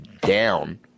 down